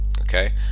Okay